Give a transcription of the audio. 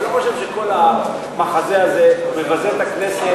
אתה לא חושב שכל המחזה הזה מבזה את הכנסת?